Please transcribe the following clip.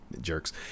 jerks